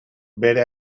bere